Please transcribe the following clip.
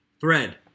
Thread